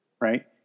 right